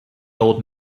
old